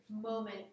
moment